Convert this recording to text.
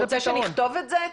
לכתוב את זה?